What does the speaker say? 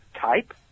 type